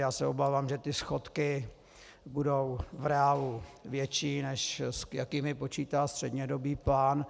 Já se obávám, že schodky budou v reálu větší, než s jakými počítá střednědobý plán.